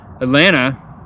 Atlanta